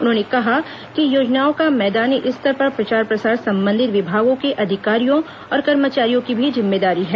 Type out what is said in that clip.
उन्होंने कहा कि योजनाओं का मैदानी स्तर पर प्रचार प्रसार संबंधित विभागों के अधिकारियों और कर्मचारियों की भी जिम्मेदारी है